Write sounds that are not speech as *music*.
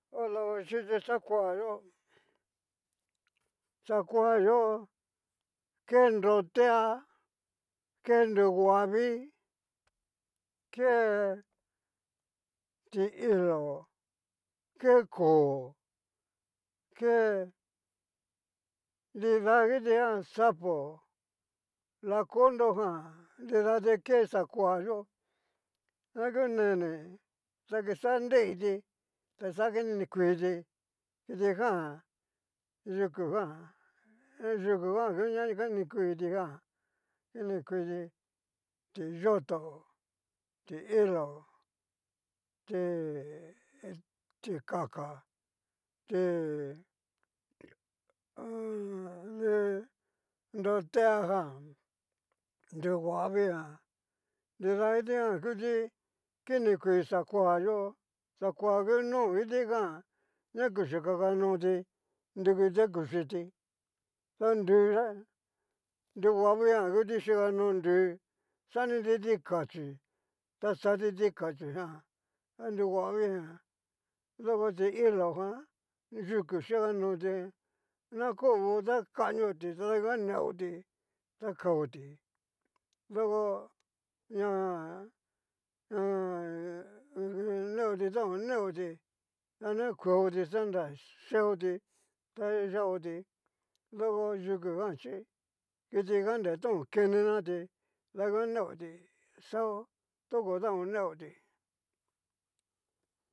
Odava chiki xakuayo xakuayó ke nrotia, ke nrohuavii, ke ti'ilo, ke koo nida kitijan sapo lakon nrojan, nridati ke sakua yó na ku neni ta kixa nreiti, ta kixa kininuiti kitijan yukujan yukujan ngu ña kini kui kitijan, ini kuiti ti'yoto, ti'ilo, ti *hesitation* ti kaka, ti *hesitation* du nrotiajan, nriohuavii jan nrida nguti kini kui xakoa yó, xakoa ngu no kitijan ña kuxi kakanoti, nrukutia kuchiti ta nrujan nrohuavii jan ngu kiti yikano nru xani ti kachí ta xati tikachí jan nrohuavii jan doko ti'ilo jan, yuku xikanoti nakobo ta kanioti tada nguan neoti ta kaoti doko ña *hesitation* na neoti ta ho neoti na na kueto xanra yeoti ta yeoti tu yuku jan chi kitijan nre to ho kenenati ta ngu neoti xao toko ta oneoti.